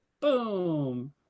Boom